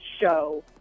show